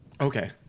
Okay